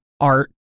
art